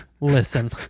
listen